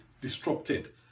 disrupted